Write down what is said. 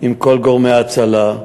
עם גורמי ההצלה.